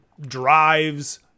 drives